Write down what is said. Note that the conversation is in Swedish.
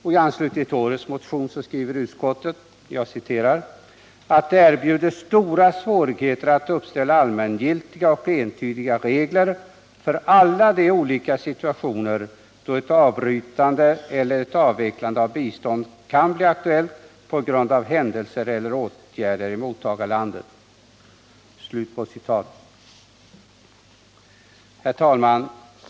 Och i anslutning till årets motion skriver utskottet ”att det erbjuder stora svårigheter att uppställa allmängiltiga och entydiga regler för alla de olika situationer då ett avbrytande eller ett avvecklande av bistånd kan bli aktuellt på grund av händelser eller åtgärder i mottagarlandet”. Herr talman!